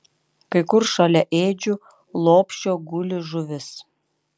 kai kur šalia ėdžių lopšio guli žuvis